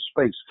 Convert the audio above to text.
space